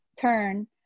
turn